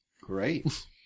Great